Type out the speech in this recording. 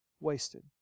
wasted